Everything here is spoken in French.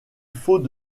faut